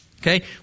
Okay